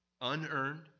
Unearned